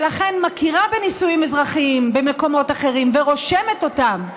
ולכן מכירה בנישואים אזרחיים במקומות אחרים ורושמת אותם,